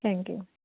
thank you